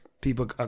people